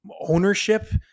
ownership